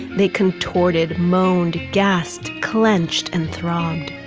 they contorted, moaned, gasped, clenched and throbbed.